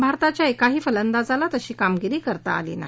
भारताच्या एकाही फलंदाजाला तशी कामगिरी करता आली नाही